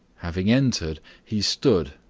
having entered, he stood,